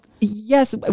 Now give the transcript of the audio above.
yes